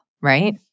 right